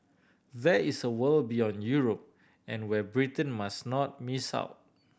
there is a world beyond Europe and where Britain must not miss out